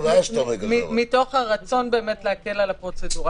מתוך רצון באמת להקל על הפרוצדורה,